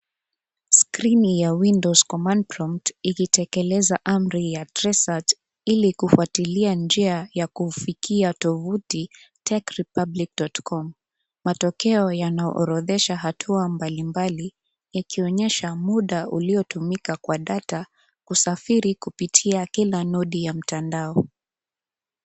Screen ya windows command prompt ikitekeleza amri ya tresat ili kufuatilia njia ya kuufikia tovuti tek republic.com matokeo yanaorodhesha hatua mbalimbali yakionyesha muda uliotumika kwa data, usafiri kupitia kila nodi ya mtandao.